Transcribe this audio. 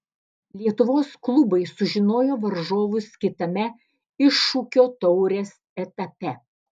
lietuvos klubai sužinojo varžovus kitame iššūkio taurės etape